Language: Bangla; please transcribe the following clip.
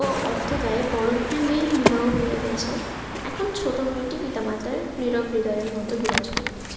ও অর্থ ব্যয়ে বড়ো দুটি মেয়ের বিবাহ হইয়া গেছে এখন ছোটো মেয়েটি পিতা মাতার নীরব হৃদয়ের মতো বিরাজ করিতেছে